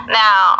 now